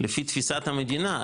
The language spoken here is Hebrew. לפי תפיסת המדינה,